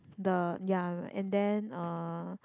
the ya and then uh